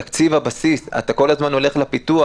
תקציב הבסיס, אתה כל הזמן הולך לפיתוח.